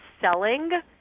selling